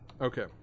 Okay